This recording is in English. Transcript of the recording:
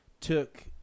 took